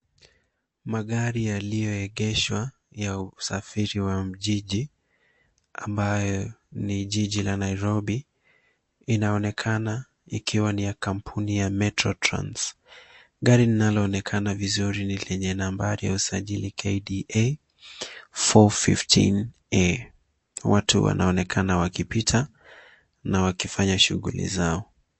Magari yaliyoegeshwa ya usafiri wa mijiji ambayo ni jiji la Nairobi inaonekana ikiwa ni ya kampuni ya Metro Trans. Gari linaloonekana vizuri ni lenye nambari ya usajili KDA 415A. Watu wanaonekana wakipita na wakifanya shughuli zao.